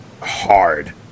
hard